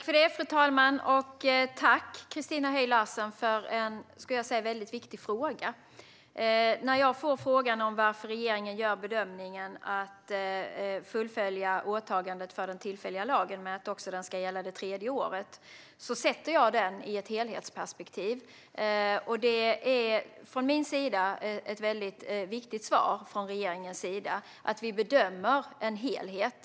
Fru talman! Jag tackar Christina Höj Larsen för en väldigt viktig fråga. När jag får frågan varför regeringen gör bedömningen att vi ska fullfölja åtagandet med den tillfälliga lagen genom att den också ska gälla det tredje året sätter jag in den i ett helhetsperspektiv. Det är från min sida ett väldigt viktigt svar från regeringens sida att vi bedömer en helhet.